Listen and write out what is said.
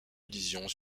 illusion